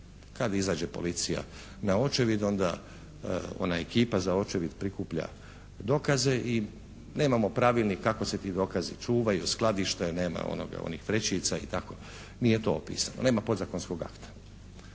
Kad izađe policija na očevid onda ona ekipa za očevid prikuplja dokaze i nemamo pravilnik kako se ti dokazi čuvaju, skladište, nema onih vrećica i tako nije to opisano. Nema podzakonskog akta.